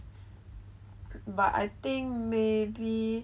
but I think maybe